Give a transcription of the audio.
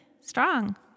strong